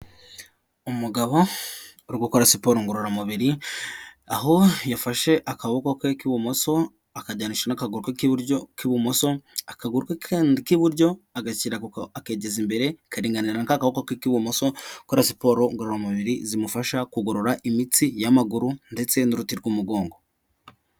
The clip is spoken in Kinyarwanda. Umugabo uri gukora siporo ngororamubiri aho yafashe akaboko ke k'ibumoso akajyanisha n'akaguru k'ibumoso, akaguru ke kandi k'iburyo agashyira akigeza imbere karinganira n'akaboko ke k'ibumoso akora siporo ngororamubiri zimufasha kugorora imitsi y'amaguru ndetse n'uruti rw'umugongo.